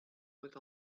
with